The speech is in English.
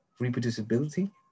reproducibility